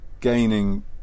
gaining